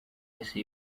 wese